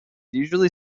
usually